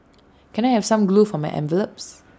can I have some glue for my envelopes